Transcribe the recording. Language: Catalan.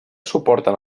suporten